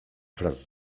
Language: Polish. wraz